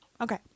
Okay